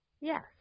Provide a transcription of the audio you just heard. Yes